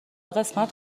قسمت